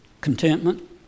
Contentment